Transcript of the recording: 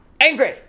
angry